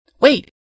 Wait